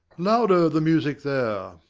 louder the music there!